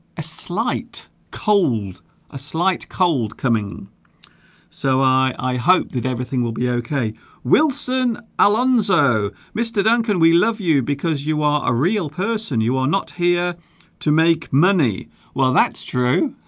a slight cold a slight cold coming so i i hope that everything will be okay wilson alonso mr. duncan we love you because you are a real person you are not here to make money well that's true